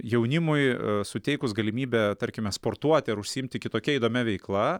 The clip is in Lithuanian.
jaunimui suteikus galimybę tarkime sportuoti ar užsiimti kitokia įdomia veikla